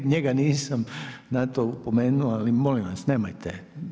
Njega nisam na to opomenuo, ali molim vas nemojte.